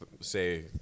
say